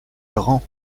grand